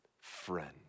Friend